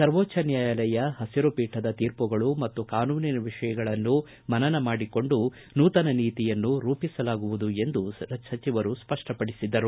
ಸರ್ವೋಚ್ನ ನ್ಯಾಯಾಲಯ ಪಸಿರು ಪೀಠದ ತೀರ್ಪುಗಳು ಮತ್ತು ಕಾನೂನಿನ ವಿಷಯಗಳನ್ನು ಮನನ ಮಾಡಿಕೊಂಡು ನೂತನ ನೀತಿಯನ್ನು ರೂಪಿಸಲಾಗುವುದು ಎಂದು ಸಚಿವರು ಸ್ಪಪ್ಪ ಪಡಿಸಿದರು